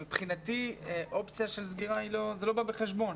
מבחינתי אופציה של סגירה זה לא בא בחשבון.